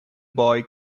boy